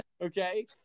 okay